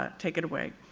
ah take it away.